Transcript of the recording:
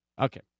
Okay